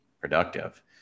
productive